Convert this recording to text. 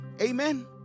Amen